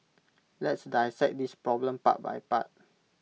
let's dissect this problem part by part